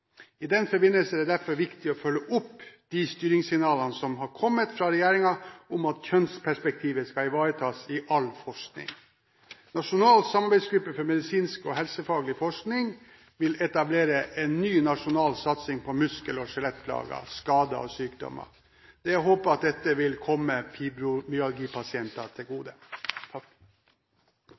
I den forbindelse er det derfor viktig å følge opp de styringssignalene som har kommet fra regjeringen, om at kjønnsperspektivet skal ivaretas i all forskning. Nasjonal samarbeidsgruppe for medisinsk og helsefaglig forskning vil etablere en ny nasjonal satsing på muskel- og skjelettplager, skader og sykdommer. Det er å håpe at dette vil komme fibromyalgipasienter til gode.